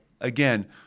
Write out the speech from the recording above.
again